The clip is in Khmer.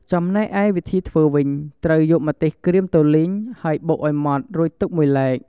ចំណែកឯវិធីធ្វើវិញ ត្រូវយកម្ទេសក្រៀមទៅលីង ហើយបុកឱ្យម៉ដ្ឋ រួចទុកមួយឡែក។